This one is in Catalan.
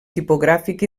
tipogràfic